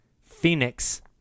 Phoenix